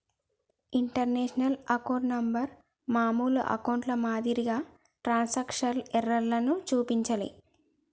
international account number మామూలు అకౌంట్ల మాదిరిగా ట్రాన్స్క్రిప్షన్ ఎర్రర్లను చూపించలే